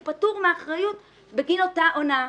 הוא פטור מאחריות בגין אותה הונאה.